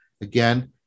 again